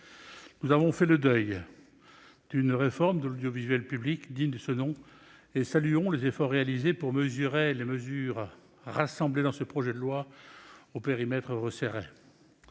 Nous avons fait le deuil d'une réforme de l'audiovisuel public digne de ce nom et saluons les efforts réalisés pour sauver les mesures rassemblées dans ce projet de loi au périmètre resserré.